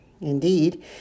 Indeed